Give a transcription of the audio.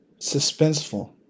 suspenseful